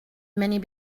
many